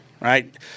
right